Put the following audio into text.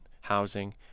housing